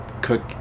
cook